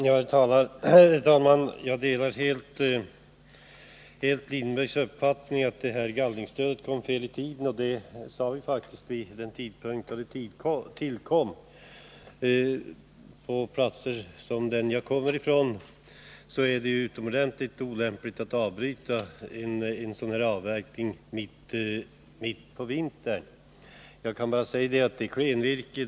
Herr talman! Jag delar helt Sven Lindbergs uppfattning att gallringsstödet kom fel i tiden. Det sade vi faktiskt redan när det infördes. På platser sådana som den jag kommer ifrån är det utomordentligt olämpligt att avbryta en sådan här avverkning mitt på vintern.